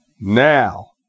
now